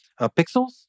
pixels